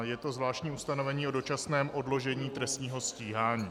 Je to zvláštní ustanovení o dočasném odložení trestního stíhání.